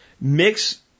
Mix